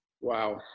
Wow